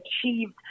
achieved